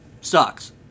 Sucks